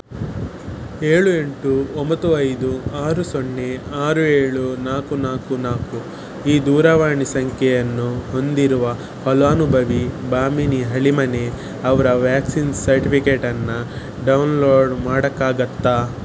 ಏಳು ಎಂಟು ಒಂಬತ್ತು ಐದು ಆರು ಸೊನ್ನೆ ಆರು ಏಳು ನಾಲ್ಕು ನಾಲ್ಕು ನಾಲ್ಕು ಈ ದೂರವಾಣಿ ಸಂಖ್ಯೆಯನ್ನು ಹೊಂದಿರುವ ಫಲಾನುಭವಿ ಭಾಮಿನಿ ಹಳಿಮನೆ ಅವರ ವ್ಯಾಕ್ಸಿನ್ ಸರ್ಟಿಫಿಕೇಟನ್ನು ಡೌನ್ಲೋಡ್ ಮಾಡೋಕ್ಕಾಗತ್ತಾ